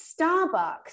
Starbucks